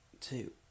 Two